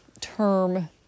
term